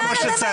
מה זה אי-אפשר?